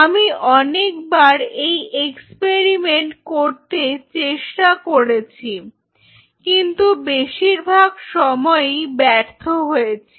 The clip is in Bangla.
আমি অনেকবার এই এক্সপেরিমেন্ট করতে চেষ্টা করেছি কিন্তু বেশিরভাগ সময়ই ব্যর্থ হয়েছি